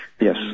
Yes